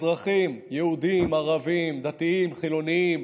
אזרחים, יהודים, ערבים, דתיים, חילוניים,